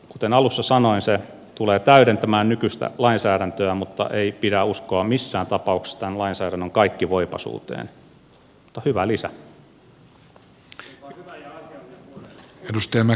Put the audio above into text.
kuten alussa sanoin se tulee täydentämään nykyistä lainsäädäntöä mutta ei pidä uskoa missään tapauksessa tämän lainsäädännön kaikkivoipaisuuteen mutta hyvä lisä